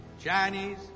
Chinese